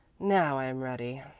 now i'm ready.